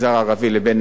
כפי שאמרתי,